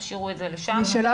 תשאירו את זה לשם.